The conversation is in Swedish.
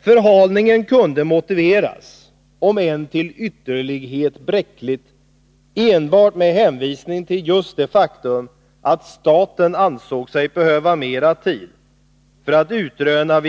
Förhalningen kunde motiveras — om än på ett till ytterlighet bräckligt sätt — enbart med hänvisning till just det faktum att staten ansåg sig behöva mer tid för att utröna